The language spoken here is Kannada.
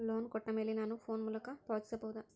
ಲೋನ್ ಕೊಟ್ಟ ಮೇಲೆ ನಾನು ಫೋನ್ ಮೂಲಕ ಪಾವತಿಸಬಹುದಾ?